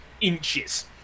inches